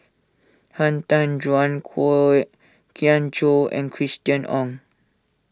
Han Tan Juan Kwok Kian Chow and Christina Ong